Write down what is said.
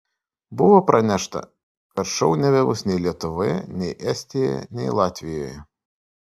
buvo pranešta kad šou nebebus nei lietuvoje nei estijoje nei latvijoje